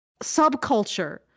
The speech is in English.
subculture